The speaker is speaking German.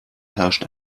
herrscht